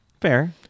Fair